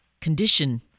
condition